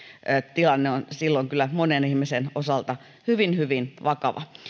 tilanne on silloin kyllä monen ihmisen osalta hyvin hyvin vakava